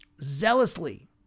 Zealously